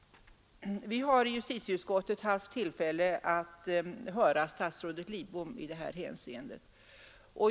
Vi har i justitieutskottet haft tillfälle att höra statsrådet Lidbom i det här ärendet.